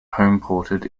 homeported